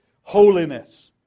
holiness